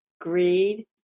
greed